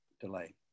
delay